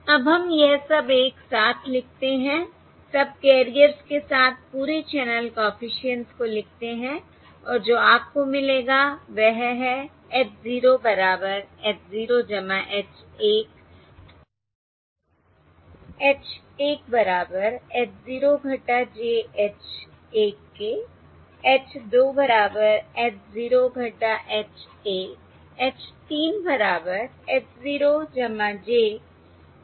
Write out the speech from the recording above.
अब हम यह सब एक साथ लिखते हैं सबकैरियर्स के साथ पूरे चैनल कॉफिशिएंट्स को लिखते हैं और जो आपको मिलेगा वह है H 0 बराबर h 0 h 1 H1 बराबर h 0 j h 1 के H 2 बराबर h 0 h 1 H 3 बराबर h 0 j h 1 है